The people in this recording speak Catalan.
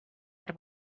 per